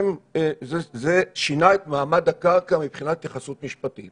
זה שינה את מעמד הקרקע מבחינת התייחסות משפטית.